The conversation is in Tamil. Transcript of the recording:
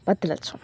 பத்து லட்சம்